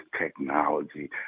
technology